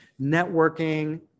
Networking